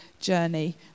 journey